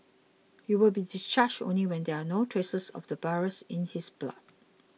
he will be discharged only when there are no traces of the virus in his blood